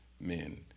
men